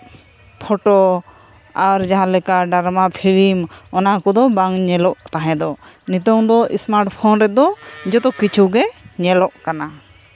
photo ᱟᱨ ᱡᱟᱦᱟᱸᱞᱮᱠᱟ drama film ᱚᱱᱟ ᱠᱚᱫᱚ ᱵᱟᱝ ᱧᱮᱞᱚᱜ ᱛᱟᱦᱮᱸᱫᱚᱜ ᱱᱤᱛᱳᱝ ᱫᱚ ᱮᱥᱢᱟᱨᱴ ᱯᱷᱳᱱ ᱨᱮᱫᱚ ᱡᱚᱛᱚ ᱠᱤᱪᱷᱩ ᱜᱮ ᱧᱮᱞᱚᱜ ᱠᱟᱱᱟ